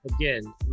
again